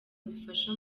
bifasha